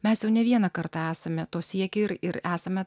mes jau ne vieną kartą esame to siekę ir ir esame